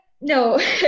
No